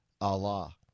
Allah